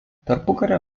tarpukario